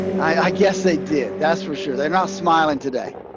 i guess they did, that's for sure. they're not smiling today.